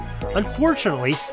Unfortunately